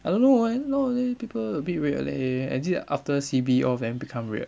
I don't know eh nowadays people a bit weird leh as if after C_B all of them become weird